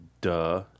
Duh